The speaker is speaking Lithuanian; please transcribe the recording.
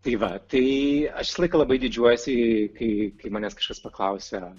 tai va tai aš visą laiką labai didžiuojuosi kai manęs kažkas paklausia